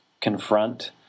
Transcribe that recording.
confront